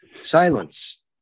silence